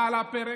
מה על הפרק?